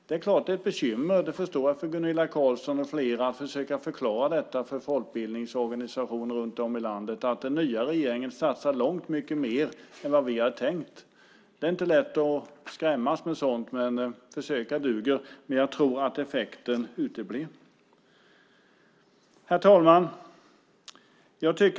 Jag förstår att det är ett bekymmer för Gunilla Carlsson i Hisings Backa att försöka förklara detta för folkbildningsorganisationer runt om i landet att den nya regeringen satsar långt mycket mer än vad ni hade tänkt. Det är inte lätt att skrämmas med sådant. Försöka duger, men jag tror att effekten uteblir. Herr talman!